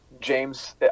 James